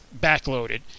backloaded